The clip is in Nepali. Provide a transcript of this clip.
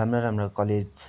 राम्रा राम्रा कलेज